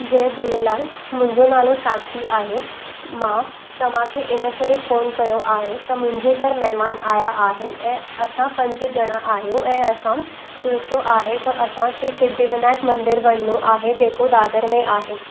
जय झूलेलाल मुंहिंजो नालो साक्षी आहे मां तव्हांखे इन करे फ़ोन कयो आहे त मुंहिंजे घरु महिमानु आया आहिनि ऐं असां पंज ॼणा आहियूं ऐं असां सोचो आहे त असांखे सिद्धि विनायक मंदिर वञिणो आहे जेको दादर में आहे